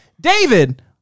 David